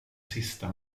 sista